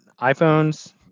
iPhones